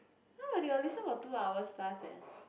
no eh they will listen for two hours plus eh